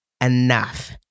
enough